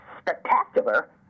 spectacular